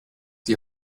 die